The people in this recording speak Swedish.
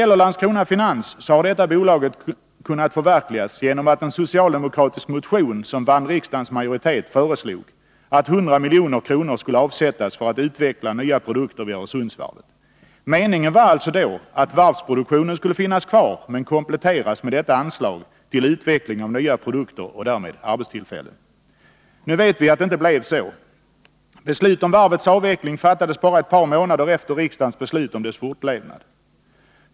Landskrona Finans har kunnat förverkligas genom att en socialdemokratisk motion, som föreslog att 100 milj.kr. skulle avsättas för att utveckla nya produkter vid Öresundsvarvet, vann riksdagsmajoritetens bifall. Meningen var alltså då att varvsproduktionen skulle finnas kvar men kompletteras med detta anslag till utveckling av nya produkter och därmed arbetstillfällen. Nu vet vi att det inte blev så. Beslut om varvets avveckling fattades bara ett par månader efter riksdagens beslut om dess fortlevnad.